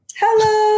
Hello